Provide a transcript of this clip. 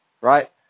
Right